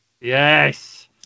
yes